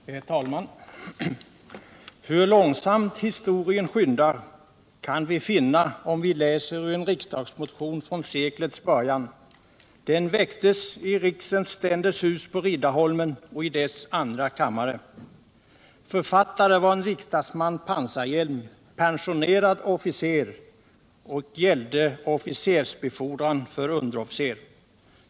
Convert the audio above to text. Herr talman! Hur långsamt historien skyndar kan vi finna om vi läser ur en riksdagsmotion från seklets början — den väcktes i ”riksens ständers hus” på Riddarholmen och i dess andra kammare. Författare var en riksdagsman Pantzarhielm — pensionerad officer — och den gällde officersbefordran för underofficer.